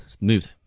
moved